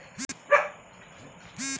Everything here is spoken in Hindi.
ज़मीन को उपजाने के लिए खाद की ज़रूरत पड़ती है